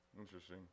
Interesting